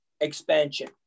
expansion